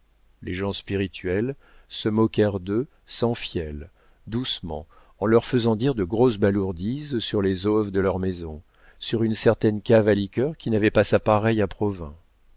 les gens spirituels se moquèrent d'eux sans fiel doucement en leur faisant dire de grosses balourdises sur les oves de leur maison sur une certaine cave à liqueurs qui n'avait pas sa pareille à